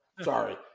sorry